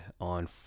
on